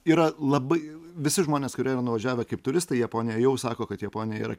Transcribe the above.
yra labai visi žmonės kurie yra nuvažiavę kaip turistai į japoniją jau sako kad japonija yra